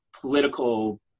political